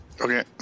Okay